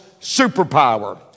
superpower